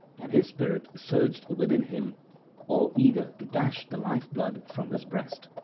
and his spirit surged within him all eager to dash the life-blood from his breast.